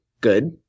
good